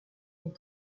des